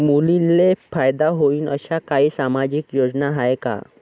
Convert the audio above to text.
मुलींले फायदा होईन अशा काही सामाजिक योजना हाय का?